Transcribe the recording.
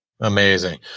Amazing